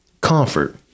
comfort